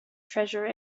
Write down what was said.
treasure